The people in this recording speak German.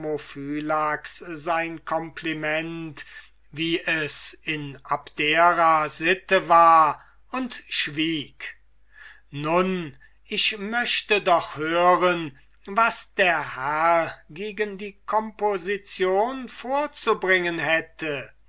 nomophylax sein compliment wie's in abdera sitte war und schwieg nun ich möchte doch hören was der herr gegen die composition vorzubringen hätte